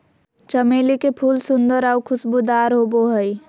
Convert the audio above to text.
चमेली के फूल सुंदर आऊ खुशबूदार होबो हइ